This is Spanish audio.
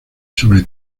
sobre